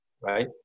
right